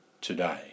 today